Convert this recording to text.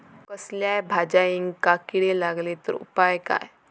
कसल्याय भाजायेंका किडे लागले तर उपाय काय?